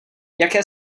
jaké